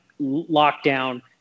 lockdown